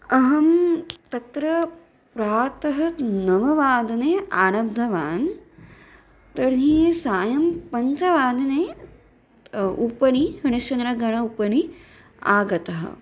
अहं तत्र प्रातः नववादने आरब्धवान् तर्हि सायं पञ्चवादने उपरि हरिश्चन्द्रगणः उपरि आगतः